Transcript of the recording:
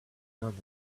done